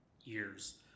years